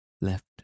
left